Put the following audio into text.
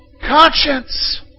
conscience